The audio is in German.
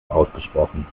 ausgesprochen